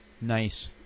Nice